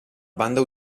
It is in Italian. banda